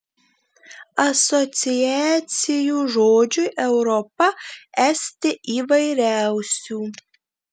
asociacijų žodžiui europa esti įvairiausių